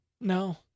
No